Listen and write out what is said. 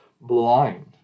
blind